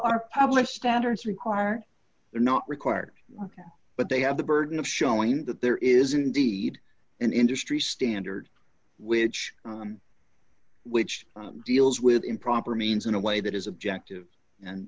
published standards required they're not required but they have the burden of showing that there is indeed an industry standard which which deals with improper means in a way that is objective and